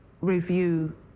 review